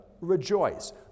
rejoice